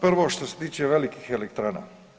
Prvo što se tiče velikih elektrana.